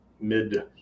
mid